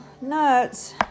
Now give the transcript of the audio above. nuts